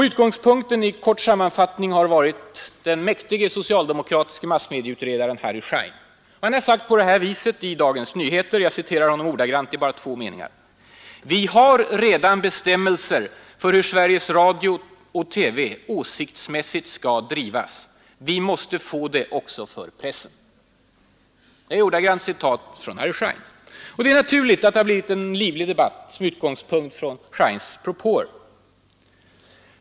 Utgångspunkten har, i kort sammanfattning; varit den mäktige socialdemokratiske massmedieutredaren Harry Scheins uttalande i Dagens Nyheter: ”Vi har redan bestämmelser för hur Sveriges Radio-TV åsiktsmässigt skall drivas. Vi måste få det också för pressen.” Detta är ett ordagrant citat från herr Schein. Det är naturligt att det blivit en livlig debatt med utgångspunkt i herr Scheins propåer.